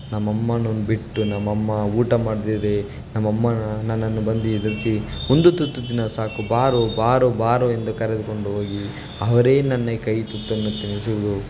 ನಮ್ಮ ಅಮ್ಮನ್ನೊಂದ್ ಬಿಟ್ಟು ನಮ್ಮ ಅಮ್ಮ ಊಟ ಮಾಡ್ದಿರೇ ನಮ್ಮ ಅಮ್ಮನ ನನ್ನನ್ನು ಬಂದಿ ಹೆದರ್ಸಿ ಒಂದು ತುತ್ತು ತಿನ್ನೋ ಸಾಕು ಬಾರೋ ಬಾರೋ ಬಾರೋ ಎಂದು ಕರೆದುಕೊಂಡು ಓಗಿ ಅವರೇ ನನಗೆ ಕೈ ತುತ್ತನ್ನು ತಿನ್ನಿಸಿದ್ರು